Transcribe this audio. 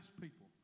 people